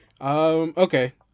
Okay